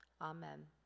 Amen